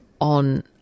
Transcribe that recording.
on